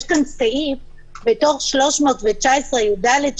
בתוך סעיף 319יד,